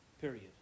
Period